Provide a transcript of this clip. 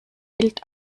bild